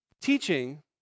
Teaching